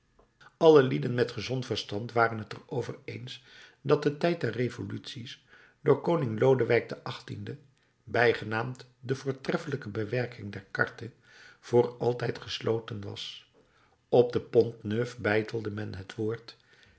alle lieden met gezond verstand waren t er over eens dat de tijd der revoluties door koning lodewijk xviii bijgenaamd de voortreffelijke bewerker der charte voor altijd gesloten was op de pont-neuf beitelde men het woord